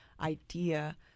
idea